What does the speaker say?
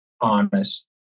honest